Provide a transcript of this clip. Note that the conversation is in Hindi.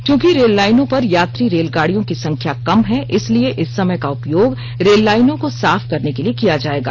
चूंकि रेललाइनों पर यात्री रेलगाड़ियों की संख्या कम है इसलिए इस समय का उपयोग रेललाइनों को साफ करने के लिए किया जाएगा